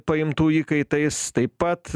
paimtų įkaitais taip pat